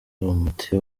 umuti